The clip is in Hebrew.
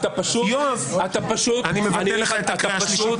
יואב --- אתה פשוט --- אני מבטל לך את הקריאה השלישית.